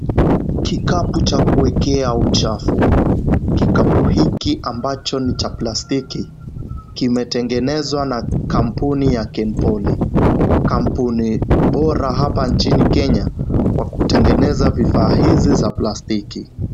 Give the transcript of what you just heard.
Kikapu cha kuekea uchafu. Kikapu hiki ambacho ni cha plastiki kimetengenezwa na kampuni ya Kenpoly. Kampuni bora hapa nchini Kenya kwa kutengeneza vifaa hizi za plastiki.